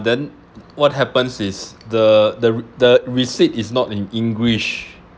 then what happens is the the the receipt is not in english